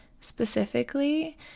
specifically